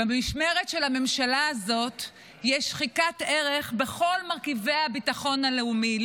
במשמרת של הממשלה הזאת יש שחיקת ערך בכל מרכיבי הביטחון הלאומי,